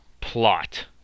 plot